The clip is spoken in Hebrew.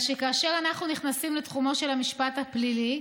אלא שכאשר אנחנו נכנסים לתחומו של המשפט הפלילי,